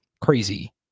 crazy